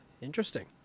Interesting